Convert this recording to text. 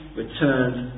returned